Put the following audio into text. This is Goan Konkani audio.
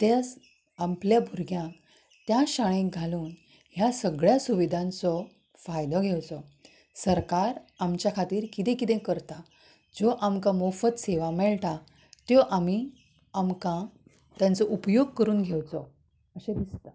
ते आपल्या भुरग्यांक त्या शाळेंत घालूंक ह्या सगल्या सुविधांचो फायदो घेवचो सरकार आमच्या खातीर कितें कितें करता ज्यो आमकां मुफ्त सेवा मेळटा त्यो आमी आमकां तांचो उपयोग करून घेवचो अशें दिसता